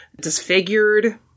disfigured